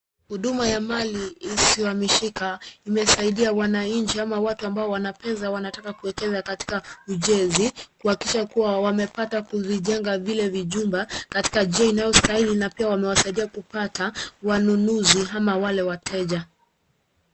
Huduma ya mali isiyohamishika imesaidia wananchi ama watu ambao wana pesa wanataka kuwekeza katika ujenzi, kuhakikisha kuwa wamepata kuzijenga vile vijumba katika njia inayostahili na pia wamewasaidia kupata wanunuzi ama wale wateja.